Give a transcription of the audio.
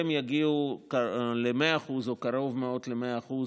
והן יגיעו ל-100% או קרוב מאוד ל-100%